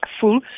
full